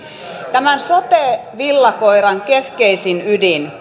tämän sote villakoiran keskeisin ydin